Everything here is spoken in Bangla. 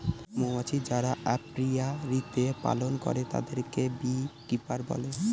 মৌমাছি যারা অপিয়ারীতে পালন করে তাদেরকে বী কিপার বলে